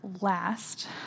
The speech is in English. last